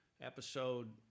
episode